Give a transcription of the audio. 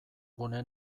gune